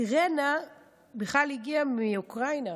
אירנה הגיעה בכלל מאוקראינה,